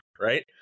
right